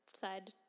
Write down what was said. side